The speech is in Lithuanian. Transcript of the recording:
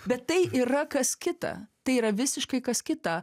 bet tai yra kas kita tai yra visiškai kas kita